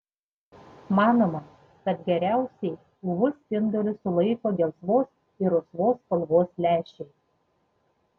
manoma kad geriausiai uv spindulius sulaiko gelsvos ir rusvos spalvos lęšiai